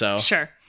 Sure